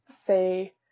say